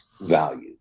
value